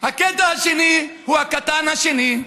הקטע השני הוא הקטן השני: